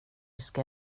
ska